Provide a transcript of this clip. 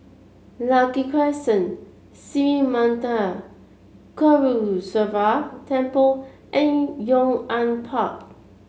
Lucky Crescent Sri Manmatha Karuneshvarar Temple and Yong An Park